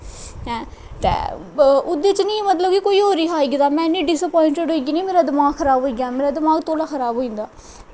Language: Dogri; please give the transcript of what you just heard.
हैं ते ओह्दे च नीं मतलब कि कोई होर गै हा आई दा में इन्नी डिसअपोईंटिंड होई गेई ना मेरा दमाक खराब होई गेआ मेरा दमाक तौलै खराब होई जंदा